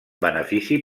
benefici